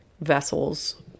vessels